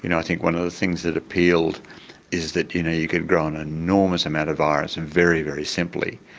you know i think one of the things that appealed is that you know you can grow an enormous amount of virus and very, very simply.